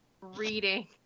reading